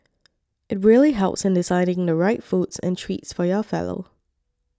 it really helps in deciding the right foods and treats for your fellow